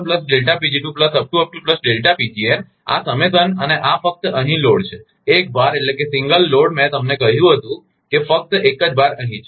આ સારાંશ અને આ ફક્ત અહીં ભારલોડ છે એક ભારસિંગલ લોડ મેં તમને કહ્યું હતું કે ફક્ત એક જ ભાર અહીં છે